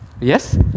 Yes